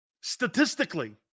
Statistically